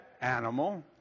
animal